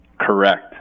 Correct